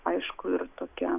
aišku ir tokia